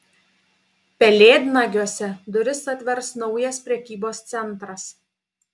pelėdnagiuose duris atvers naujas prekybos centras